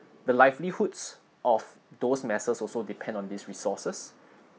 the livelihoods of those masses also depend on these resources